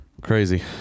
Crazy